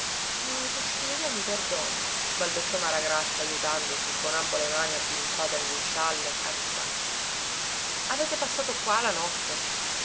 vo vossignoria mi perdoni balbettò maragrazia ajutandosi con ambo le mani avviluppate nello scialle a rizzarsi avete passato qua la notte